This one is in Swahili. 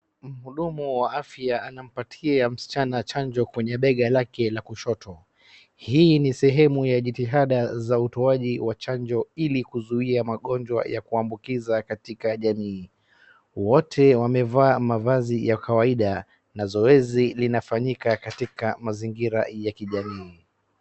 Mhudumu wa afya anampatia msichana chanjo kwenye bega lake la kushoto. Hii ni sehemu ya jitihada za utoaji chanjo ili kuzuia magonjwa ya kuwabukiza katika jamii .Wote wamevaa mavazi ya kawaida nazoezi linafanyika katika mazingira ya kijamii.